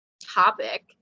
topic